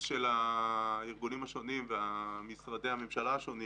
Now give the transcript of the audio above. של הארגונים השונים ומשרדי הממשלה השונים